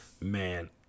man